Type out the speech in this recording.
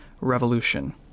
revolution